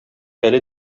әле